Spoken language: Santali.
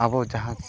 ᱟᱵᱚ ᱡᱟᱦᱟᱸ